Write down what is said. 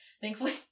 Thankfully